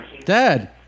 Dad